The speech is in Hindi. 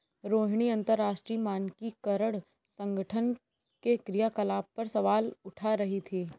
रोहिणी अंतरराष्ट्रीय मानकीकरण संगठन के क्रियाकलाप पर सवाल उठा रही थी